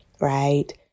right